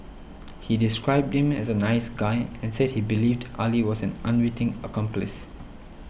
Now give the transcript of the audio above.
he described him as a nice guy and said he believed Ali was an unwitting accomplice